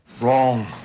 Wrong